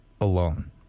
alone